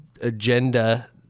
agenda